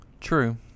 true